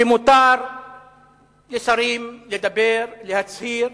שמותר לשרים לדבר, להצהיר,